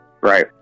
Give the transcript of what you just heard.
Right